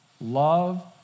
love